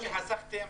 מספיק שחסכתם